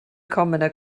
commoner